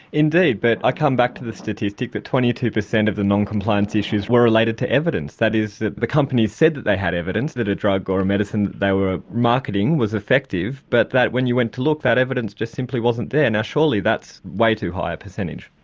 indeed but i come back to the statistic, the twenty two percent of the non-compliance issues were related to evidence, that is that the companies said they had evidence that a drug or a medicine they were marketing was effective but that when you went to look that evidence just simply wasn't there. now surely that's way too high a percentage?